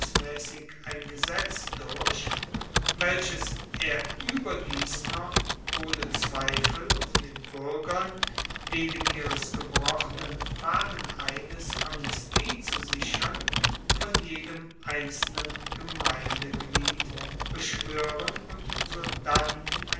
ein gesetz durch welches er ueberdies noch ohne zweifel um den buergern wegen ihres gebrochenen fahneneides amnestie zu sichern von jedem einzelnen gemeindeglied beschwoeren und sodann in